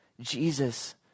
Jesus